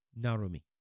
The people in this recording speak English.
Narumi